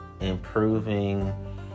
improving